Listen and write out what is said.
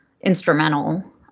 instrumental